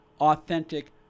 authentic